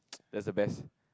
that's the best